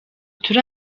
turi